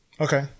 Okay